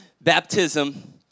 baptism